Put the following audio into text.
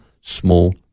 small